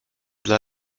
dla